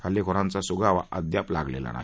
हल्लेखोरांचा सुगावा अद्याप लागलेला नाही